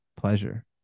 pleasure